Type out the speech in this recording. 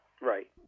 Right